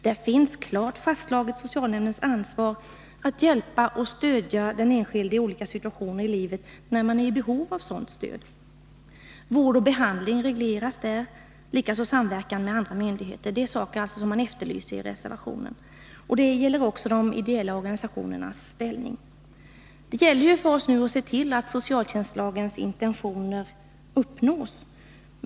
Där är socialnämndens ansvar klart fastslaget, att hjälpa och stödja den enskilde i olika situationer i livet när han är i behov av sådant stöd. Vård och behandling regleras där, likaså samverkan med andra 51 myndigheter. Det är alltså saker som efterlyses i reservationen. Detta gäller också de ideella organisationernas ställning. Det gäller nu för oss att se till att socialtjänstlagens intentioner uppnås.